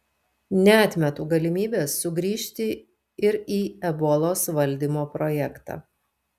neatmetu galimybės sugrįžti ir į ebolos valdymo projektą